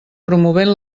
promovent